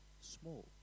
small